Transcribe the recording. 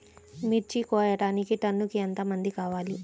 మిర్చి కోయడానికి టన్నుకి ఎంత మంది కావాలి?